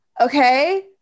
okay